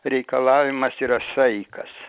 reikalavimas yra saikas